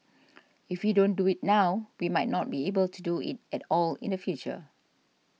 if we don't do it now we might not be able do it at all in the future